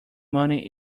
money